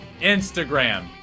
Instagram